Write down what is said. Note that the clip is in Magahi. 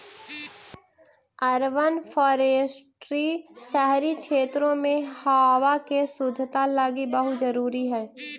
अर्बन फॉरेस्ट्री शहरी क्षेत्रों में हावा के शुद्धता लागी बहुत जरूरी हई